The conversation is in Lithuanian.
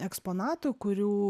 eksponatų kurių